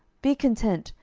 be content,